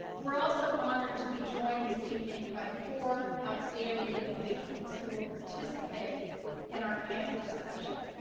we're also honored to be joined this evening by four outstanding individuals who will participate in our panel discussion.